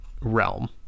realm